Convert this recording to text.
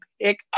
pick